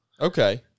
Okay